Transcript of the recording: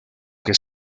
que